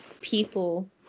people